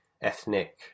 ethnic